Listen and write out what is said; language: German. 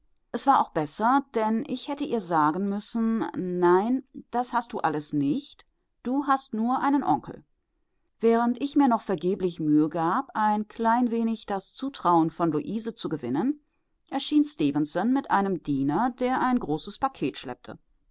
es war auch besser denn ich hätte ihr sagen müssen nein das hast du alles nicht du hast nur einen onkel während ich mir noch vergeblich mühe gab ein klein wenig das zutrauen von luise zu gewinnen erschien stefenson mit einem diener der ein großes paket schleppte